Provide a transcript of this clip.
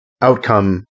outcome